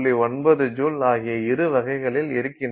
9 joule ஆகிய இரு வகைகளில் இருக்கின்றன